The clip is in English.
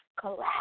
collapse